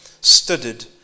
studded